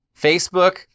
Facebook